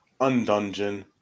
undungeon